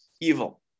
evil